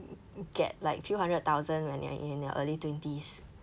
get like few hundred thousand when you're in your early twenties